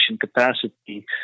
capacity